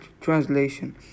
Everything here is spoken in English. translation